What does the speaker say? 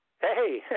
Hey